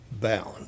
bound